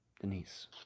Denise